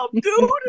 dude